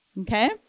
okay